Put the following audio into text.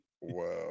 Wow